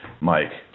Mike